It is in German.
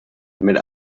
mit